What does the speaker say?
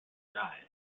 died